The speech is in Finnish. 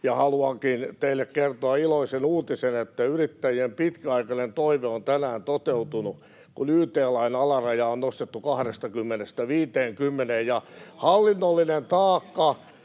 haluankin teille kertoa iloisen uutisen, että yrittäjien pitkäaikainen toive on tänään toteutunut, kun yt-lain alaraja on nostettu 20:stä 50:een ja hallinnollinen taakka